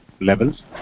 levels